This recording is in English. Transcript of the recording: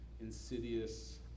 insidious